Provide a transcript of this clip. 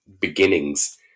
beginnings